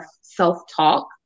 self-talk